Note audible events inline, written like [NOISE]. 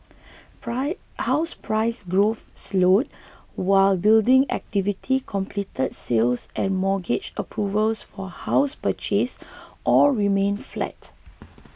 [UNINTELLIGIBLE] house price growth slowed whilst building activity completed sales and mortgage approvals for house purchase all remained flat